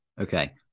Okay